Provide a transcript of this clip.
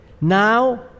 now